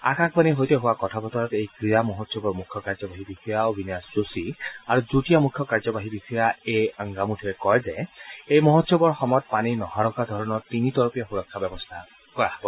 আকাশবাণীৰ সৈতে হোৱা কথা বতৰাত এই ক্ৰীড়া মহোৎসৱৰ মুখ কাৰ্যবাহী বিষয়া অবিনাশ যোশী আৰু যুটীয়া মুখ্য কাৰ্যবাহী বিষয়া এ আংগামুথুৱে কয় যে এই মহোৎসৱৰ সময়ত পানী নসৰকা ধৰণৰ তিনি তৰপীয়া সুৰক্ষা ব্যৱস্থা কৰা হব